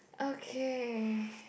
okay